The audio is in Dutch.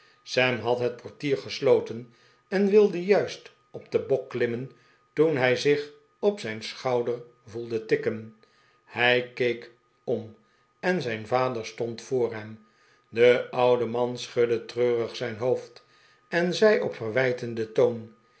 sam had het portier gesloten en wilde juist op denbok klimmen toen hij zich op zijn schouder voelde tikken hij keek om en zijn vader stond voor hem de oude man schudde treurig zijn hoofd en zei op verwijtenden toon